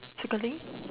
circling